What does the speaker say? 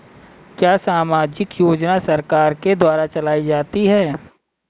क्या सामाजिक योजना सरकार के द्वारा चलाई जाती है?